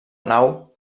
nau